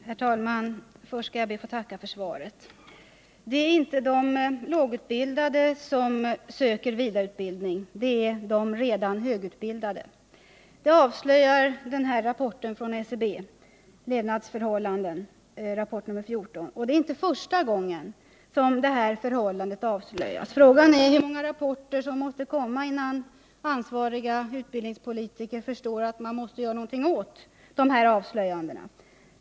Herr talman! Först skall jag be att få tacka för svaret. Det är inte de lågutbildade som söker vidareutbildning, utan det är de redan högutbildade. Det avslöjar statistiska centralbyråns rapport nr 14 Levnadsförhållanden. Det är inte första gången som detta förhållande avslöjas. Frågan är hur många rapporter som måste redovisas, innan ansvariga utbildningspolitiker förstår att något måste göras.